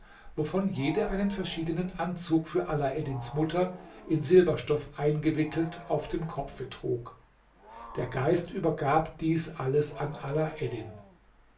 wovon jede einen verschiedenen anzug für alaeddins mutter in silberstoff eingewickelt auf dem kopfe trug der geist übergab dies alles an